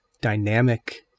dynamic